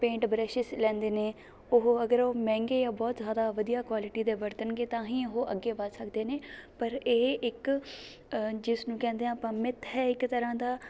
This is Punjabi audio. ਪੇਂਟ ਬਰੱਸ਼ਿਸ਼ ਲੈਂਦੇ ਨੇ ਉਹ ਅਗਰ ਉਹ ਮਹਿੰਗੇ ਆ ਬਹੁਤ ਜ਼ਿਆਦਾ ਵਧੀਆ ਕੁਆਲਿਟੀ ਦੇ ਵਰਤਣਗੇ ਤਾਂ ਹੀ ਉਹ ਅੱਗੇ ਵੱਧ ਸਕਦੇ ਨੇ ਪਰ ਇਹ ਇੱਕ ਜਿਸ ਨੂੰ ਕਹਿੰਦੇ ਆ ਆਪਾਂ ਮਿੱਥ ਹੈ ਇੱਕ ਤਰ੍ਹਾਂ ਦਾ